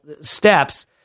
steps